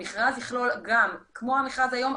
המכרז יכלול גם כמו המכרז היום,